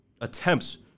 attempts